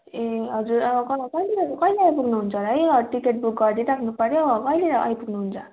ए हजुर कहिले आइपुग्नुहुन्छ होला है टिकट बुक गरिदिई राख्नुपऱ्यो कहिले आइपुग्नुहुन्छ